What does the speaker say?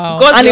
god